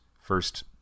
first